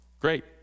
Great